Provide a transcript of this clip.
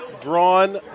drawn